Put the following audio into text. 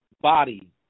body